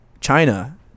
China